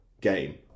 game